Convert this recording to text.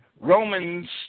Romans